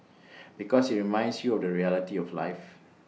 because IT reminds you of the reality of life